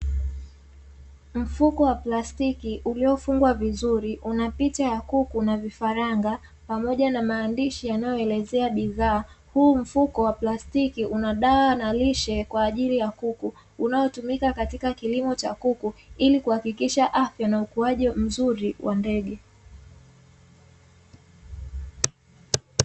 Mfuko wa plastiki uliofungwa vizuri, una picha ya kuku na vifaranga pamoja na maandishi yanayoelezea bidhaa, huu mfuko wa plastiki una dawa na lishe kwa ajili ya kuku, unaotumika katika kilimo cha kuku, ili kuhakikisha afya na ukuaji mzuri wa ndege.